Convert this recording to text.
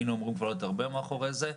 היינו אמורים להיות כבר הרבה מאחורי זה.